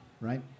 right